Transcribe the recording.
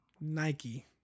Nike